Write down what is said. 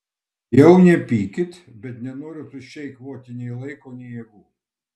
jau nepykit bet nenoriu tuščiai eikvoti nei laiko nei jėgų